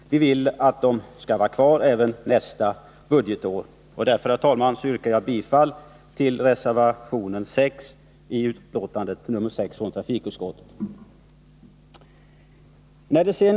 Vi vill att bidragen skall bibehållas även nästa budgetår. Jag vill alltså, herr talman, yrka bifall till reservationen 6 som fogats till. Nr 52 trafikutskottets betänkande nr 6.